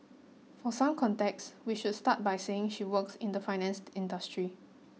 for some context we should start by saying she works in the finance industry